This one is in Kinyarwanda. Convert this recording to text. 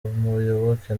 muyoboke